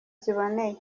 ziboneye